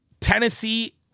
Tennessee